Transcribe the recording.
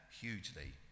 hugely